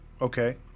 Okay